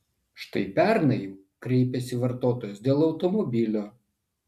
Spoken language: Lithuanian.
štai pernai kreipėsi vartotojas dėl automobilio